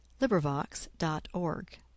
LibriVox.org